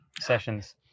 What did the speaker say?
sessions